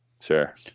sure